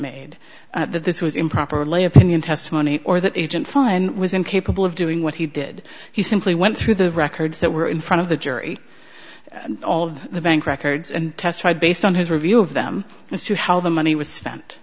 made that this was improper lay opinion testimony or that agent fine was incapable of doing what he did he simply went through the records that were in front of the jury all of the bank records and testified based on his review of them as to how the money was spent